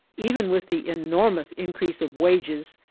even with the enormous increase of wages,